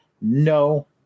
No